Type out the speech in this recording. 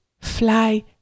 fly